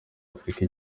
afurika